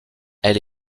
elle